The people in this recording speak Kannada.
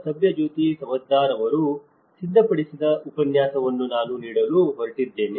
ಸುಭಜ್ಯೋತಿ ಸಮದ್ದಾರ್ ಅವರು ಸಿದ್ಧಪಡಿಸಿದ ಉಪನ್ಯಾಸವನ್ನು ನಾನು ನೀಡಲು ಹೊರಟಿದ್ದೇನೆ